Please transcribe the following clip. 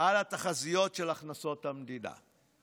על התחזיות של הכנסות המדינה.